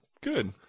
Good